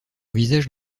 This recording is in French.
visage